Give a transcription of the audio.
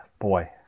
boy